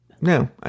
no